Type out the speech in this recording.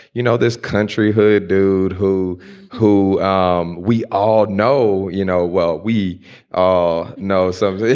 you know, this country hood dude who who um we all know, you know. well, we ah all know some